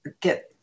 get